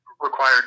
required